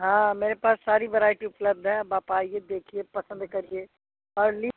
हाँ मेरे पास सारी वैराइटी उपलब्ध है अब आप आइए देखिए पसंद करिए और ली